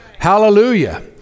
Hallelujah